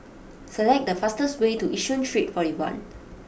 select the fastest way to Yishun Street forty one